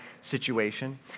situation